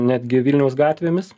netgi vilniaus gatvėmis